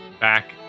back